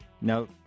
Now